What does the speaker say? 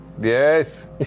Yes